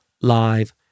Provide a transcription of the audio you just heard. live